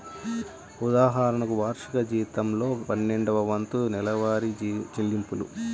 ఉదాహరణకు, వార్షిక జీతంలో పన్నెండవ వంతు నెలవారీ చెల్లింపులు